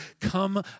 come